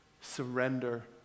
Surrender